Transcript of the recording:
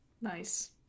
Nice